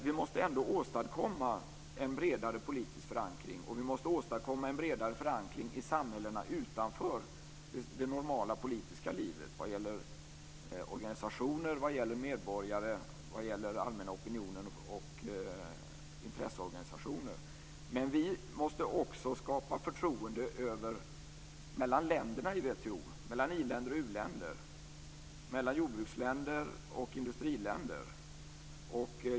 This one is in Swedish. Vi måste ändå åstadkomma en bredare politisk förankring och en bredare förankring i samhällena utanför det normala politiska livet vad gäller organisationer, medborgare, allmän opinion och intresseorganisationer. Men vi måste också skapa förtroende mellan länderna i WTO, mellan i-länder och u-länder, mellan jordbruksländer och industriländer.